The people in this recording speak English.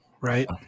right